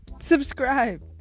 subscribe